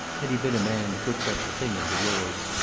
had he been a man to put such a thing into words,